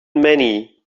many